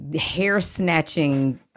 hair-snatching